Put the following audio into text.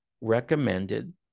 recommended